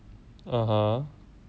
(uh huh)